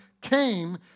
came